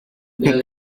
picked